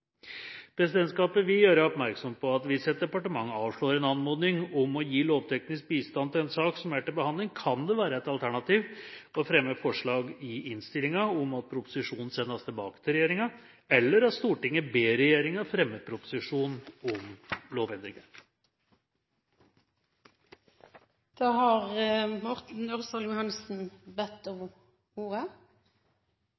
Presidentskapet vil gjøre oppmerksom på at hvis et departement avslår en anmodning om å gi lovteknisk bistand i en sak som er til behandling, kan det være et alternativ å fremme forslag i innstillingen om at proposisjonen sendes tilbake til regjeringen, eller at Stortinget ber regjeringen fremme en proposisjon om